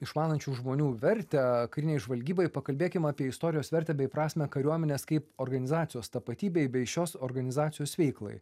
išmanančių žmonių vertę karinei žvalgybai pakalbėkim apie istorijos vertę bei prasmę kariuomenės kaip organizacijos tapatybei bei šios organizacijos veiklai